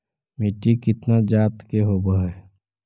मिट्टी कितना जात के होब हय?